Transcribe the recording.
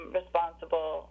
responsible